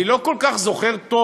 אני לא כל כך זוכר טוב